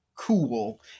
cool